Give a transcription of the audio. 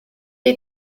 est